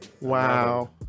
Wow